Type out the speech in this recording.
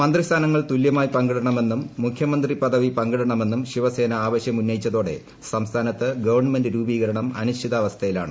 മന്ത്രി സ്ഥാനങ്ങൾ തുല്യമായി പങ്കിടണമെന്നും മുഖ്യമന്ത്രി പദവി പങ്കിടണമെന്നും ശിവ്സേന ആവശ്യം ഉന്നയിച്ചതോടെ സംസ്ഥാനത്ത് ഗവൺമെന്റ് രൂപീകരണം അനിശ്ചിതാവസ്ഥയിലാണ്